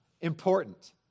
important